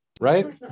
right